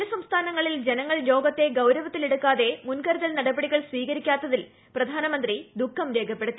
ചില സ്്്ക്സ്ഫാനങ്ങളിൽ ജനങ്ങൾ രോഗത്തെ ഗൌരവത്തിലെടുക്കാതെ മുൻകരുതൽ നടപടികൾ സ്വീകരിക്കാത്തിൽ പ്രധാമന്ത്രി ദുഖം രേഖപ്പെടുത്തി